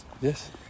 Yes